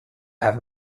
have